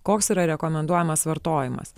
koks yra rekomenduojamas vartojimas